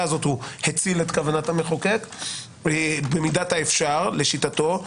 הזו הציל את כוונת המחוקק במידת האפשר לשיטתו,